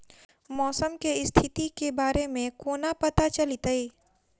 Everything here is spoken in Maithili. मौसम केँ स्थिति केँ बारे मे कोना पत्ता चलितै?